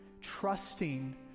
trusting